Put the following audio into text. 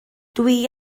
dwi